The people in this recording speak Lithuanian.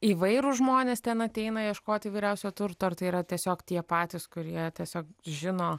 įvairūs žmonės ten ateina ieškoti įvairiausio turto ar tai yra tiesiog tie patys kurie tiesiog žino